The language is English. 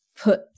put